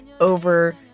over